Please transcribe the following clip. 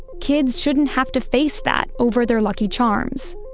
kids shouldn't have to face that over their lucky charms.